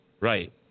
Right